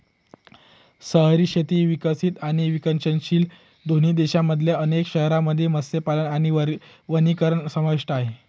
शहरी शेती विकसित आणि विकसनशील दोन्ही देशांमधल्या अनेक शहरांमध्ये मत्स्यपालन आणि वनीकरण समाविष्ट आहे